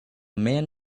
man